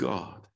God